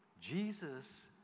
Jesus